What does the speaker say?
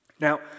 Now